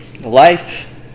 life